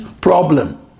problem